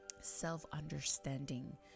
self-understanding